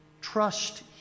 trust